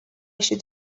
should